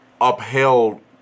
upheld